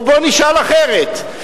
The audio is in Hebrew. או בוא נשאל אחרת,